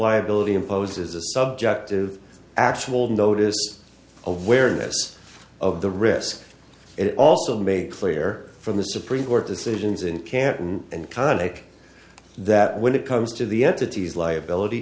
liability imposes a subjective actual notice awareness of the risk and it also made clear from the supreme court decisions in canton and connick that when it comes to the entities liability